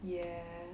yeah